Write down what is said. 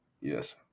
Yes